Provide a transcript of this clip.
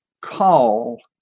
call